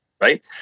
right